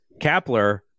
Kapler